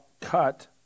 cut